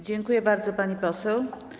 Dziękuję bardzo, pani poseł.